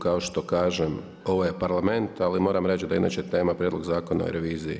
Kao što kažem, ovo je Parlament ali moram reći da je inače tema Prijedlog zakona o reviziji.